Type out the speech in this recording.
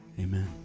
Amen